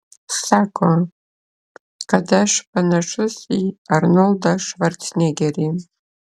sako kad aš panašus į arnoldą švarcnegerį